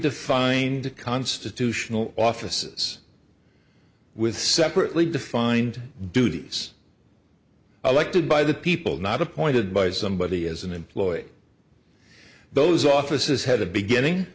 defined a constitutional offices with separately defined duties elected by the people not appointed by somebody as an employee in those offices had a beginning